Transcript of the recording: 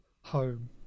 home